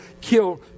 killed